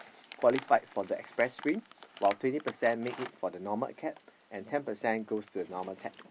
qualified for the express steam while twenty percent make it for the normal acad and ten percent goes to the normal tech